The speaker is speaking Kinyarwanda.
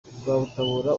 rwabutabura